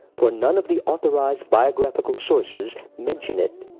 for none of the authorized biographical sources mention it.